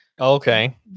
okay